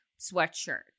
sweatshirt